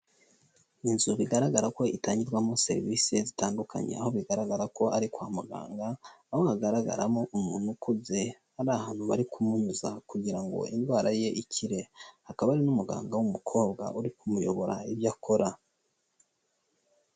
Inzu bigaragara ko itangirwamo serivisi zitandukanye aho bigaragara ko ari kwa muganga aho hagaragaramo umuntu ukuze ari ahantu bari kumunyuza kugira ngo indwara ye ikirekaba ari n'umuganga w'umukobwa uri kumuyobora ibyo akora.